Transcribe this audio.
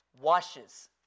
washes